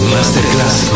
Masterclass